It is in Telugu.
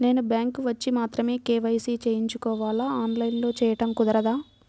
నేను బ్యాంక్ వచ్చి మాత్రమే కే.వై.సి చేయించుకోవాలా? ఆన్లైన్లో చేయటం కుదరదా?